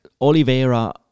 Oliveira